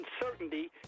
uncertainty